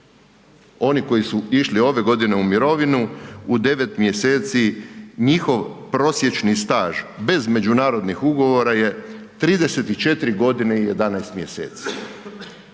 Oni koji su išli ove godine u mirovinu, u 9 mj. njihov prosječni staž bez međunarodnih ugovora je 34 g. i 11. mj.,